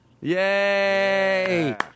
Yay